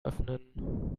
öffnen